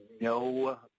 no